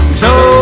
show